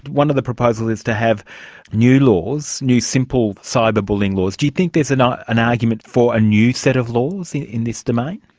one of the proposals is to have new laws, new simple cyber bullying laws, do you think there is an argument for a new set of laws in this domain?